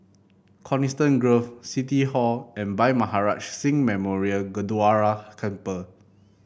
Coniston Grove City Hall and Bhai Maharaj Singh Memorial Gurdwara Temple